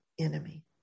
enemy